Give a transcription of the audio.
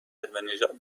نژاد